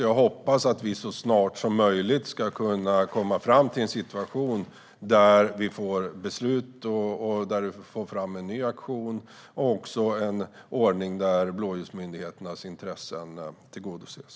Jag hoppas alltså att vi så snart som möjligt ska kunna komma fram till en situation där vi får ett beslut och får fram en ny auktion, liksom en ordning där blåljusmyndigheternas intressen tillgodoses.